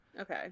Okay